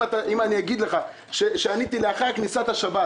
אם אגיד לך שעניתי לה אחרי כניסת השבת